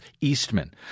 Eastman